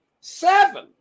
seven